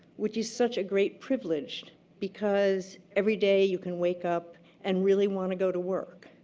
which is such a great privilege because every day you can wake up and really want to go to work.